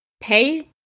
pay